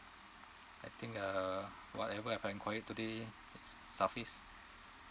I think uh whatever I've enquired today is suffice